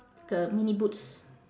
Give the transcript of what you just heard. like a mini boots